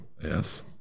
Yes